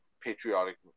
patriotic